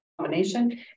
combination